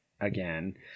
again